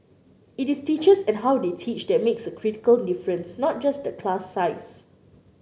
it is teachers and how they teach that makes a critical difference not just the class size